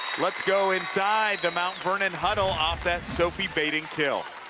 let's go inside the mount vernonhuddle off that sophie badding kill.